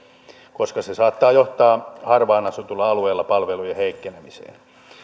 koska se saattaa johtaa harvaan asutuilla alueilla palvelujen heikkenemiseen